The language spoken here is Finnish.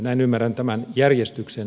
näin ymmärrän tämän järjestyksen